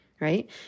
right